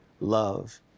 love